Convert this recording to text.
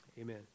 Amen